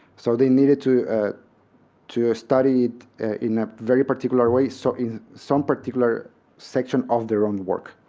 so they needed to to study in a very particular way. so in some particular section of their own work.